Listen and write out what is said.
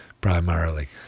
primarily